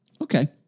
Okay